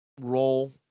role